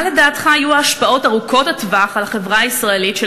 מה לדעתך יהיו ההשפעות ארוכות-הטווח על החברה הישראלית של